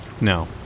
No